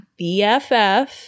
BFF